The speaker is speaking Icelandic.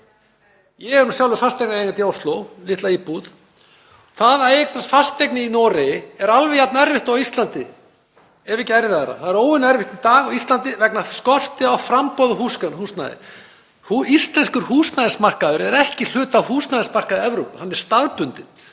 Ég er nú sjálfur fasteignareigandi í Ósló, á þar litla íbúð. Það að eignast fasteign í Noregi er alveg jafn erfitt og á Íslandi, ef ekki erfiðara. Það er óvenju erfitt í dag á Íslandi vegna skorts á framboði af húsnæði. Íslenskur húsnæðismarkaður er ekki hluti af húsnæðismarkaði Evrópu, hann er staðbundinn,